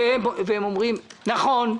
הם אומרים: נכון,